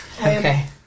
Okay